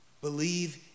Believe